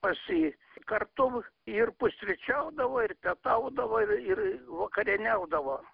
pas jį kartu ir pusryčiaudavo ir pietaudavo ir ir vakarieniaudavo